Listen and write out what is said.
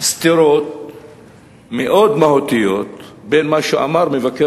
סתירות מאוד מהותיות בין מה שאמר מבקר